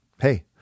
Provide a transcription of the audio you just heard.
Hey